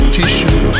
tissue